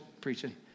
preaching